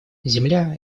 земля